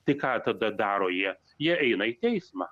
tai ką tada daro jie jie eina į teismą